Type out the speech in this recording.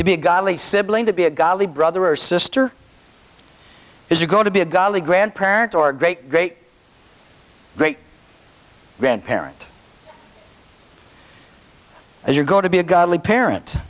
to be a godly sibling to be a godly brother or sister if you go to be a godly grandparent or a great great great grandparent and you're going to be a godly parent